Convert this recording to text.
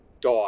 die